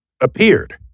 appeared